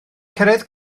cyrraedd